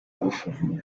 ngufu